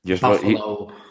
Buffalo